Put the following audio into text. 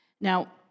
Now